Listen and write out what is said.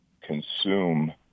consume